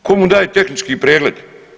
Tko mu daje tehnički pregled?